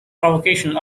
provocation